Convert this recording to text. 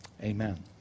Amen